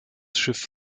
schiff